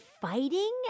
fighting